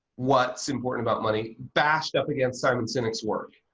what's important about money? bashed up against simon sinek's work.